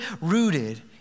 rooted